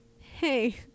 Hey